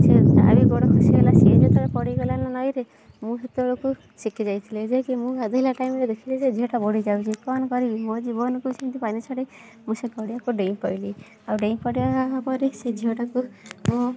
ସେ ବି ତା ବି ଗୋଡ଼ ଖସିଗଲା ସିଏ ଯେତେବେଳେ ପଡ଼ିଗଲାନା ନଈରେ ମୁଁ ସେତେବେଳକୁ ଶିଖିଯାଇଥିଲି ଯେକି ମୁଁ ଗାଧେଇଲା ଟାଇମ୍ରେ ଦେଖିଲି ଯେ ଝିଅଟା ବୁଡ଼ିଯାଉଛି କ'ଣ କରିବି ମୋ ଜୀବନକୁ ସେମିତି ପାଣି ଛଡ଼ାଇ ମୁଁ ସେ ଗଡ଼ିଆକୁ ଡେଇଁପଡ଼ିଲି ଆଉ ଡେଇଁପଡ଼ିବା ପରେ ସେ ଝିଅଟାକୁ ମୁଁ